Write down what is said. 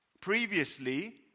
Previously